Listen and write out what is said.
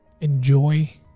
enjoy